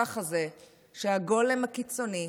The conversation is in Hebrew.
ככה זה כשהגולם הקיצוני